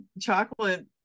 chocolate